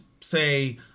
say